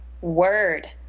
Word